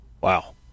wow